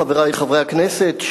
חברי חברי הכנסת,